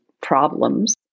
problems